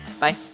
Bye